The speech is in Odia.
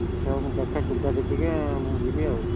ଆଚ୍ଛା ହଉ ମୁଁ ଦେଖେ ସୁବିଧା ଦେଖିକି ମୁଁ ଯିବି ଆଉ